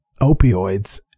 opioids